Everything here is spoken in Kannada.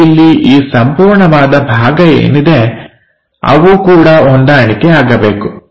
ಮತ್ತು ಇಲ್ಲಿ ಈ ಸಂಪೂರ್ಣವಾದ ಭಾಗ ಏನಿದೆ ಅವು ಕೂಡ ಹೊಂದಾಣಿಕೆ ಆಗಬೇಕು